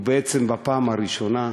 הוא בעצם, בפעם הראשונה,